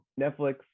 Netflix